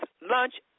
lunch